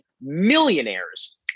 millionaires